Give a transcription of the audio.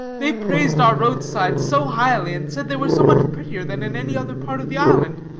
they praised our roadsides so highly and said they were so much prettier than in any other part of the island.